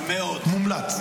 מומלץ.